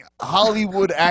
Hollywood